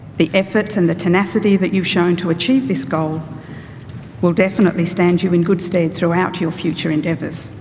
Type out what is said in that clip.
the efforts and the tenacity that you've shown to achieve this goal will definitely stand you in good stead throughout your future endeavors.